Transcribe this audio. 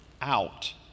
out